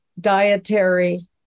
dietary